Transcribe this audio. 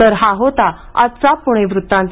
तर हा होता आजचा पुणे वृत्तांत